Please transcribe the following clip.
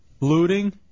looting